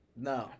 No